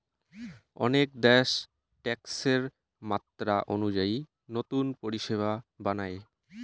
অনেক দ্যাশ ট্যাক্সের মাত্রা অনুযায়ী নতুন পরিষেবা বানায়